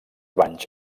banys